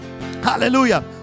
hallelujah